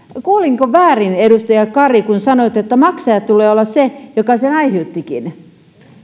kuulinko väärin edustaja kari että sanoit että maksajan tulee olla se joka sen aiheuttikin